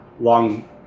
long